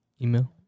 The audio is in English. email